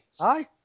Aye